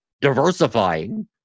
diversifying